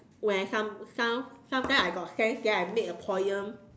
when I come some~ sometime I got friends then I make a poem